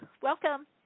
Welcome